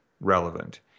relevant